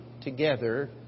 together